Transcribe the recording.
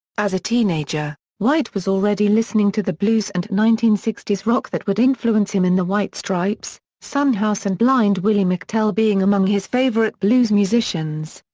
as a teenager, white was already listening to the blues and nineteen sixty s rock that would influence him in the white stripes, son house and blind willie mctell being among his favorite blues musicians.